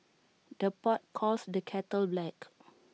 the pot calls the kettle black